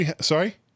sorry